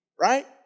Right